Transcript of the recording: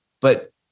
But-